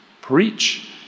preach